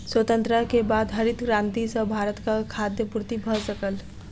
स्वतंत्रता के बाद हरित क्रांति सॅ भारतक खाद्य पूर्ति भ सकल